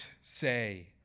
say